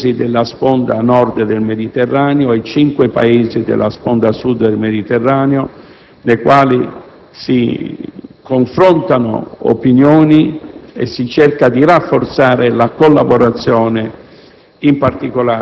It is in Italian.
cinque Paesi della sponda nord e di cinque Paesi della sponda sud del Mediterraneo, nel quale si confrontano opinioni e si cerca di rafforzare la collaborazione,